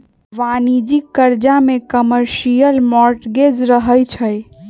वाणिज्यिक करजा में कमर्शियल मॉर्टगेज रहै छइ